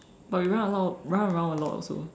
but we run a lot run around a lot also